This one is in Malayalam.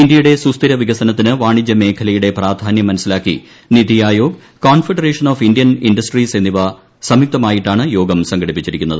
ഇന്ത്യയുടെ സുസ്ഥിര വികസനത്തിന് വാണിജ്യ മേഖലയുടെ പ്രാധാന്യം മനസ്സിലാക്കി് NITI Aayog Confederation of Indian Industries എന്നിവർ സംയുക്തമായിട്ടാണ് യോഗ്ലാ് സംഘടിപ്പിച്ചിരിക്കുന്നത്